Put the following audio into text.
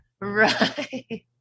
Right